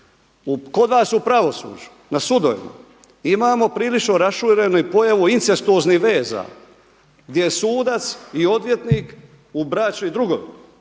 Kod vas u pravosuđu na sudovima imamo prilično raširenu pojavu incestuoznih veza gdje sudac i odvjetnik bračni drugovi,